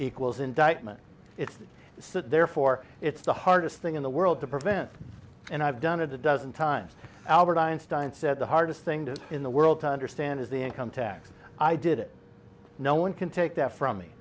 equals indictment it's so therefore it's the hardest thing in the world to prevent and i've done it a dozen times albert einstein said the hardest thing to in the world to understand is the income tax i did it no one can take that from me